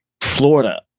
Florida